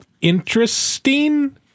interesting